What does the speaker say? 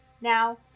Now